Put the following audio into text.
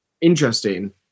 interesting